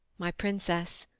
my princess,